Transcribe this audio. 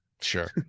sure